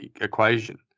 equation